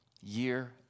Year